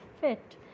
fit